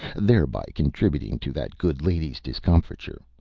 thereby contributing to that good lady's discomfiture,